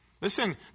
Listen